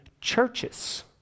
churches